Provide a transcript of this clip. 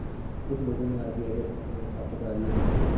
कुछ लोगों ने आर.बी.आई जैसे नकली नोट छापकर चला दिए थे